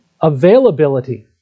Availability